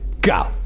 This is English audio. Go